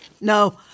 No